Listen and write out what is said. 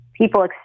People